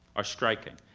are striking.